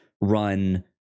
run